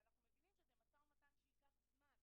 אנחנו מבינים שזה משא ומתן שייקח זמן,